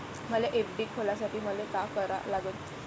मले एफ.डी खोलासाठी मले का करा लागन?